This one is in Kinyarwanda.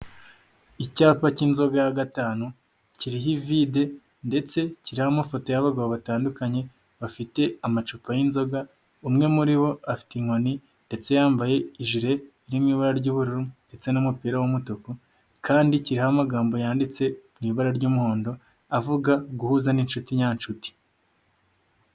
Icyapa cy'inzoga ya gatanu kiriho ivide ndetse kiriho amafoto y'abagabo batandukanye bafite amacupa y'inzoga. Umwe muri bo afite inkoni ndetse yambaye ijire iririmo ibara ry'ubururu ndetse n'umupira w'umutuku, kandi kiriho amagambo yanditse mu ibara ry'umuhondo avuga guhuza n'inshuti nyanshuti.